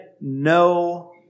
no